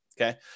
Okay